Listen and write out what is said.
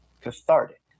cathartic